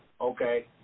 Okay